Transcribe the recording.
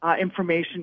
information